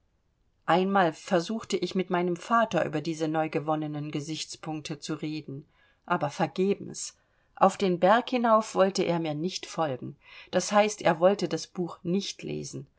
einmal versuchte ich mit meinem vater über diese neugewonnenen gesichtspunkte zu reden aber vergebens auf den berg hinauf wollte er mir nicht folgen das heißt er wollte das buch nicht lesen